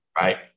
right